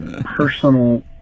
personal